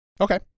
Okay